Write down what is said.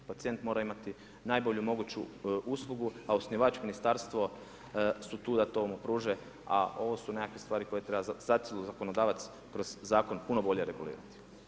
Pacijent mora imati najbolju moguću uslugu a osnivač ministarstvo su tu da to mu pruže a ovo su nekakve stvari koje treba …/nerazumljivo/… zakonodavac kroz zakon puno bolje regulirati.